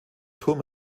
turm